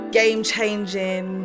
game-changing